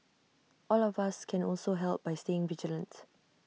all of us can also help by staying vigilant